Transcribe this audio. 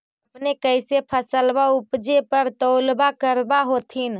अपने कैसे फसलबा उपजे पर तौलबा करबा होत्थिन?